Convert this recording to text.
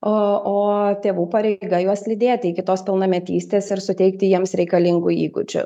o o tėvų pareiga juos lydėti iki tos pilnametystės ir suteikti jiems reikalingų įgūdžių